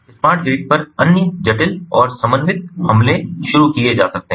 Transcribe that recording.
smart grid पर अन्य जटिल और समन्वित हमले शुरू किए जा सकते हैं